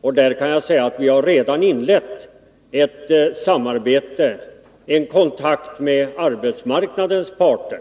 Och vi har redan tagit kontakt med arbetsmarknadens parter